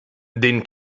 den